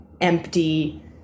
empty